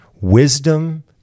wisdom